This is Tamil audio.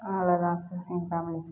அவ்ளோ தான் சார் எங்கள் ஃபேமிலி